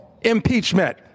impeachment